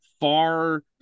far